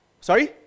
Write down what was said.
sorry